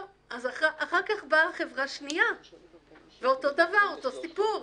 אחר כך באה חברה שנייה ואותו דבר, אותו סיפור.